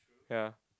ya